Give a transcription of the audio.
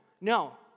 No